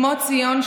כמו ציון,